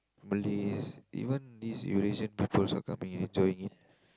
Malays even these Eurasian people also coming and enjoying it